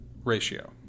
Ratio